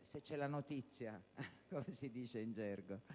se c'è la notizia, come si dice in gergo -